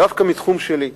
דווקא מהתחום שלי.